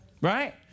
Right